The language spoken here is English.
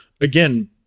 again